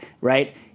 right